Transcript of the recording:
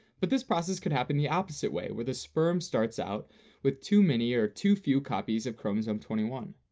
but this process could happen the opposite way where the sperm starts out with too many or too few copies of chromosome twenty one.